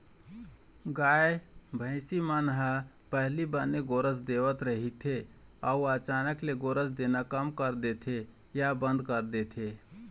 गाय, भइसी मन ह पहिली बने गोरस देवत रहिथे अउ अचानक ले गोरस देना कम कर देथे या बंद कर देथे